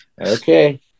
Okay